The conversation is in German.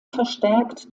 verstärkt